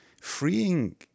Freeing